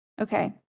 Okay